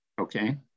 okay